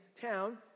town